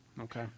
Okay